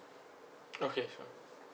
okay sure